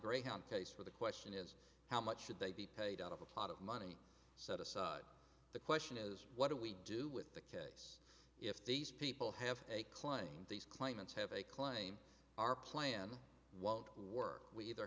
greyhound case where the question is how much should they be paid out of a pot of money set aside the question is what do we do with the case if these people have a claim these claimants have a claim our plan won't work we either